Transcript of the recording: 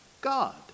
God